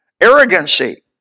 arrogancy